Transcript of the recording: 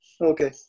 Okay